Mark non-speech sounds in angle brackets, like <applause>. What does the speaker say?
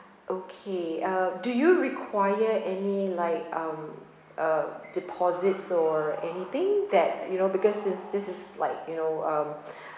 okay uh do you require any like um uh deposits or anything that you know because this this is like you know um <breath>